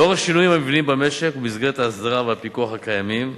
לנוכח השינויים המבניים במשק ובמסגרת ההסדרה והפיקוח הקיימים,